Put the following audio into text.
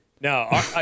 No